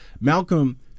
Malcolm